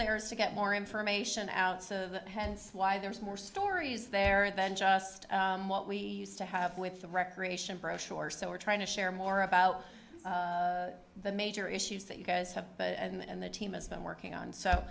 there is to get more information out of hence why there's more stories there than just what we used to have with the recreation brochure so we're trying to share more about the major issues that you guys have but and the team has been working on so